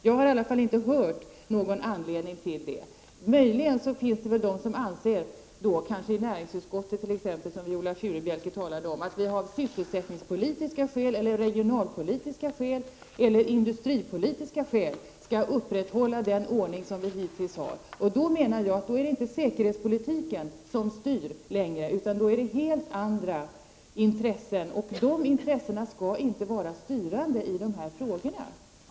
Jag har i alla fall inte uppfattat någon anledning till det. Möjligen finns det — kanske då t.ex. i näringsutskottet som Viola Furubjelke nämnde — de som anser att vi av sysselsättningspolitiska, regionalpolitiska eller industripolitiska skäl skall upprätthålla den ordning som vi hittills har haft. Jag menar att det då inte längre är säkerhetspolitiken som styr, utan helt andra intressen. De intressena skall inte vara styrande i dessa frågor.